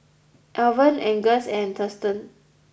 Alvan Angus and Thurston